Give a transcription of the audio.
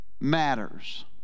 matters